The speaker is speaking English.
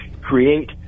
create